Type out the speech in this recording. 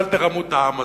אל תרמו את העם הזה,